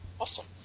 Awesome